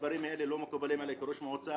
הדברים האלה לא מקובלים עלי כראש מועצה,